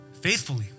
faithfully